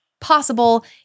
possible